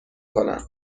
کنم